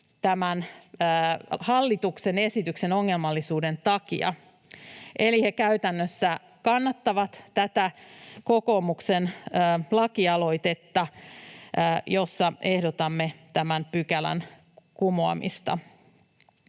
tämän hallituksen esityksen ongelmallisuuden takia, eli he käytännössä kannattavat tätä kokoomuksen lakialoitetta, jossa ehdotamme tämän pykälän kumoamista.